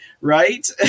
right